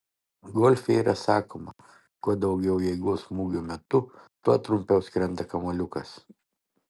golfe yra sakoma kuo daugiau jėgos smūgio metu tuo trumpiau skrenda kamuoliukas